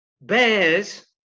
bears